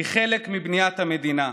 היא חלק מבניית המדינה.